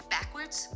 backwards